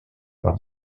par